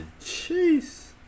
Jeez